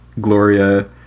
Gloria